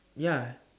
ya